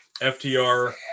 FTR